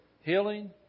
healing